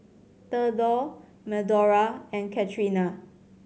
Thedore Medora and Catrina